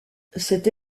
cette